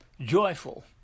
Joyful